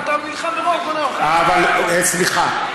אבל סליחה,